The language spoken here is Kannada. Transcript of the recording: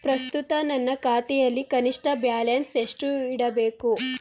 ಪ್ರಸ್ತುತ ನನ್ನ ಖಾತೆಯಲ್ಲಿ ಕನಿಷ್ಠ ಬ್ಯಾಲೆನ್ಸ್ ಎಷ್ಟು ಇಡಬೇಕು?